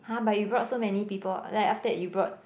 [huh] but you brought so many people like after that you brought